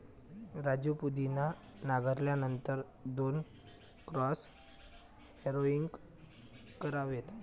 राजू पुदिना नांगरल्यानंतर दोन क्रॉस हॅरोइंग करावेत